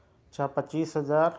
اچھا پچیس ہزار